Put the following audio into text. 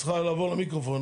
את צריכה לעבור למיקרופון,